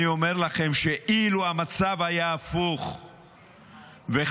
אני אומר לכם שאילו המצב היה הפוך וחבריי